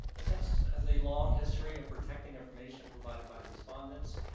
the census has a long history of protecting information provided by respondents.